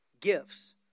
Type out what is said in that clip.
gifts